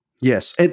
Yes